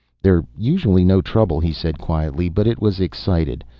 they're usually no trouble, he said quietly, but it was excited.